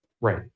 Right